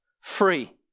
free